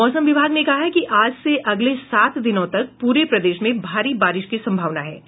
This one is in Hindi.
मौसम विभाग ने कहा है कि आज से अगले सात दिनों तक पूरे प्रदेश में भारी बारिश की संभावना जतायी है